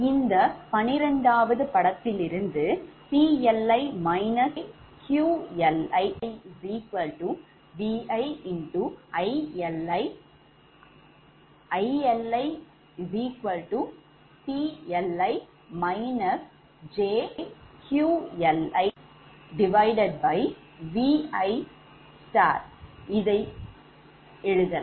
இந்த 12ஆவது படத்திலிருந்து 𝑃𝐿𝑖−𝑗Q𝐿𝑖𝑉𝑖∗𝐼𝐿 𝐼𝐿𝑖𝑃𝐿𝑖−𝑗Q𝐿𝑖𝑉𝑖∗ இதை எழுதலாம்